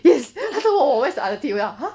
yes 他再问我 where's your other teeth 我讲 !huh!